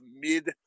mid